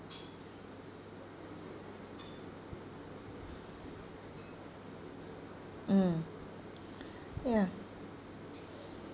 mm ya